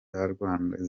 nyarwanda